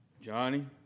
Johnny